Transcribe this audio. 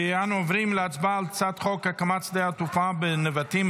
אנו עוברים להצבעה על הצעת חוק הקמת שדה התעופה בנבטים,